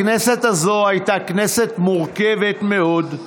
הכנסת הזו הייתה כנסת מורכבת מאוד,